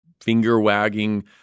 finger-wagging